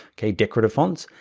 okay, decorative fonts,